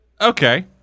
Okay